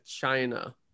China